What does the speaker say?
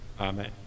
amen